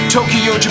Tokyo